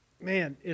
man